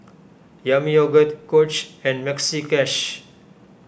Yami Yogurt Coach and Maxi Cash